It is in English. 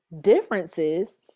Differences